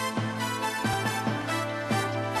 (הישיבה נפסקה בשעה